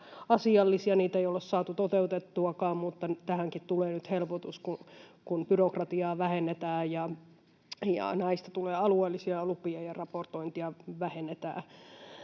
niitä ei olla saatu toteutettuakaan, mutta tähänkin tulee nyt helpotus. Kun byrokratiaa vähennetään, näistä tulee alueellisia lupia ja raportointia vähennetään,